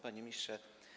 Panie Ministrze!